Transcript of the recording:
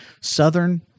Southern